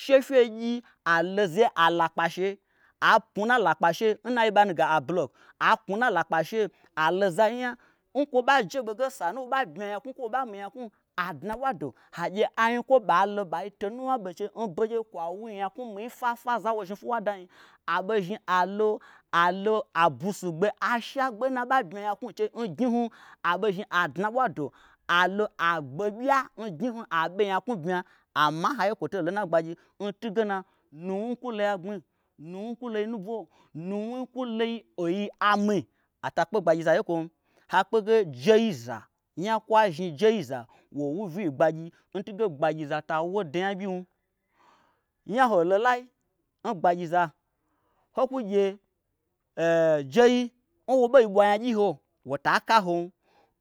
she fyegyi alo zeye alakpa she aknwu nna lakpa she nna yiɓanu ge ablock aknwu nna lakpa she alo zainya nkwo ɓajeɓe ge sanu nwo ɓa minyaknwu kwo woɓa bmya nyaknwu adna ɓwado hagye anyikwo ɓailo ɓa to nuwna ɓe nchei nbegyei kwa wunyaknwu mii fwafwa zawo zhni fwuwa danyi aɓezhni alo alo abusi gbe asha gbe nna aɓa bmya nyaknwu n chei ngnyihnu abei zhni a dna ɓwado alo agbe pya n gnyihnu a be nyaknwu bmya amma nhaiye kwoteilo nna gbagyi ntunge nna nuwnu kwu loya gbmi nuwnu kwulo yi nubwo nuwnui kwulo oyi ami ata kpe gbagyizaye nkwom hakpege jeiza nya kwazhni jeiza wowuvyi ngbagyi ntuge gbagyiza ta wozanya byim nya holo lai ngbagyiza hokwu gye ee jei nwo ɓei ɓwa nyagyi nho wota ka n hom